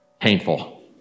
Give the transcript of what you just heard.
painful